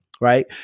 right